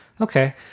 Okay